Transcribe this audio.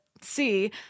see